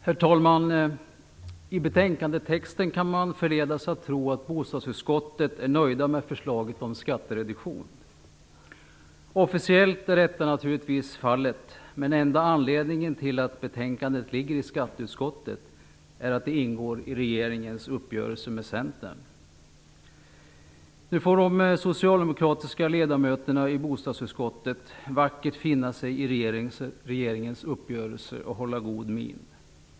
Herr talman! I betänkandetexten kan man förledas att tro att man i bostadsutskottet är nöjd med förslaget om skattereduktion. Officiellt är detta naturligtvis fallet. Men enda anledningen till att betänkandet ligger i skatteutskottet är att det ingår i regeringens uppgörelse med Centern. Nu får de socialdemokratiska ledamöterna i bostadsutskottet vackert finna sig i regeringens uppgörelse och hålla god min.